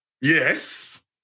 Yes